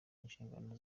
inshingano